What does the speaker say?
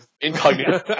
Incognito